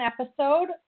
episode